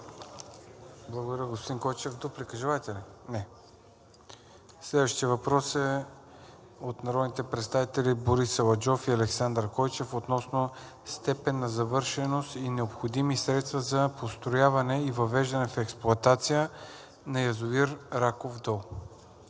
Благодаря, господин Койчев. Дуплика желаете ли? Не. Следващият въпрос е от народните представители Борис Аладжов и Александър Койчев относно степен на завършеност и необходими средства за построяване и въвеждане в експлоатация на язовир „Раков дол“.